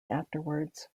afterwards